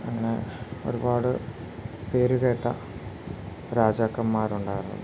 അങ്ങനെ ഒരുപാട് പേരുകേട്ട രാജാക്കന്മാരുണ്ടായിരുന്നു